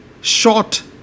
short